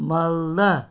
Malda